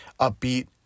upbeat